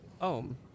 Ohm